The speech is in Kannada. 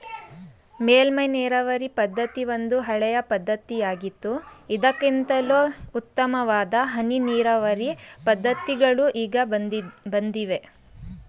ಮೇಲ್ಮೈ ನೀರಾವರಿ ಪದ್ಧತಿ ಒಂದು ಹಳೆಯ ಪದ್ಧತಿಯಾಗಿದ್ದು ಇದಕ್ಕಿಂತಲೂ ಉತ್ತಮವಾದ ಹನಿ ನೀರಾವರಿ ಪದ್ಧತಿಗಳು ಈಗ ಬಂದಿವೆ